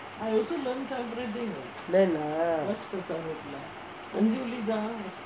learn ah